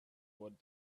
what